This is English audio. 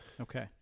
Okay